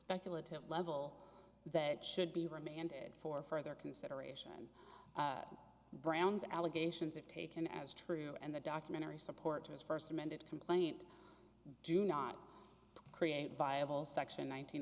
speculative level that should be remanded for further consideration brown's allegations of taken as true and the documentary support to his first amended complaint do not create a viable section